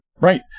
Right